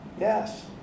Yes